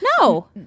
No